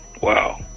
Wow